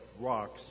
rocks